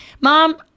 Mom